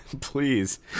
Please